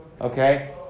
okay